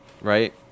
right